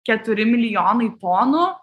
keturi milijonai tonų